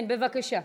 כן, בבקשה.